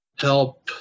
help